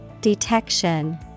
Detection